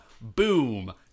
Boom